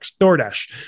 DoorDash